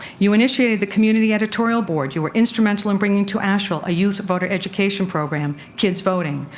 you initiated the community editorial board you were instrumental in bringing to asheville a youth voter education program, kids voting,